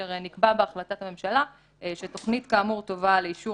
כאשר נקבע בהחלטת הממשלה שתוכנית כאמור תובא לאישור